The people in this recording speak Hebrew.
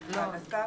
אושר.